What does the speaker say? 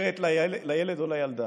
למסגרת לילד או לילדה,